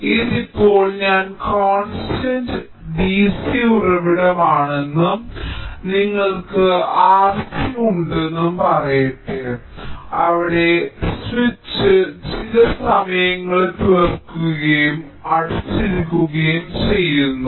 അതിനാൽ ഇത് ഇപ്പോൾ ഞാൻ കോൺസ്റ്റന്റ് DC ഉറവിടമാണെന്നും നിങ്ങൾക്ക് R C ഉണ്ടെന്നും പറയട്ടെ അവിടെ സ്വിച്ച് ചില സമയങ്ങളിൽ തുറക്കുകയോ അടച്ചിരിക്കുകയോ ചെയ്യുന്നു